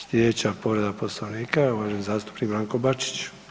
Sljedeća povreda poslovnika uvaženi zastupnik Branko Bačić.